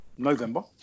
november